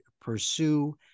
pursue